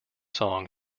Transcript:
song